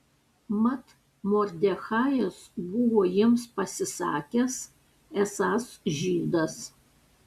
mat mordechajas buvo jiems pasisakęs esąs žydas